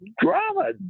drama